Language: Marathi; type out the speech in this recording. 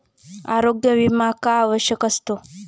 आरोग्य विमा का आवश्यक असतो?